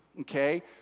okay